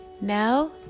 Now